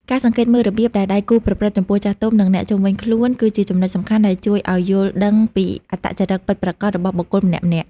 ការសង្កេតមើលរបៀបដែលដៃគូប្រព្រឹត្តចំពោះចាស់ទុំ និងអ្នកជុំវិញខ្លួន គឺជាចំណុចសំខាន់ដែលជួយឱ្យយល់ដឹងពីអត្តចរិតពិតប្រាកដរបស់បុគ្គលម្នាក់ៗ។